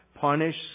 punish